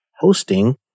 hosting